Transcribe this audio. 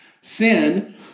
sin